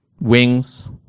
wings